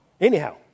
Anyhow